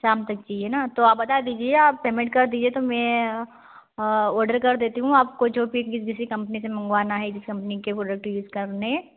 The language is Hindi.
शाम तक चाहिए न तो आप बता दीजिए आप पेमेंट कर दीजिए तो मैं ऑर्डर कर देती हूँ आपको जो भी किसी कम्पनी से मंगवाना है किस कम्पनी के प्रोडक्ट यूज करने